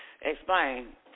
Explain